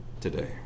today